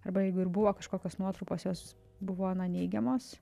arba jeigu ir buvo kažkokios nuotrupos jos buvo neigiamos